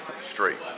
straight